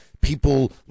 people